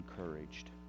encouraged